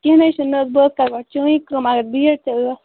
کیٚنٛہہ نہٕ حظ چھِنہٕ بہٕ حظ کرٕ گۄڈٕ چٲنی کٲم اگر بہٕ ییتہِ ٲسۍ